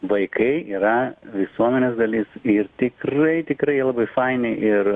vaikai yra visuomenės dalis ir tikrai tikrai labai faini ir